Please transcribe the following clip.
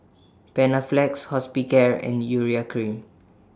Panaflex Hospicare and Urea Cream